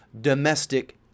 domestic